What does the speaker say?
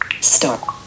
Start